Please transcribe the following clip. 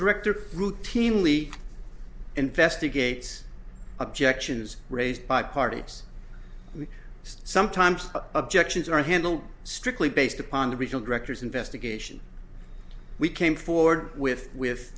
director routinely investigates objections raised by parties and sometimes objections are handled strictly based upon the regional directors investigation we came forward with with